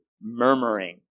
murmuring